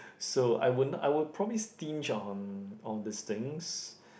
so I would not I would probably stinge on all these things